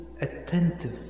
attentive